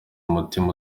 umutima